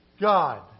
God